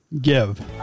give